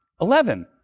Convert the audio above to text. Eleven